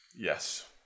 yes